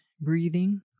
breathing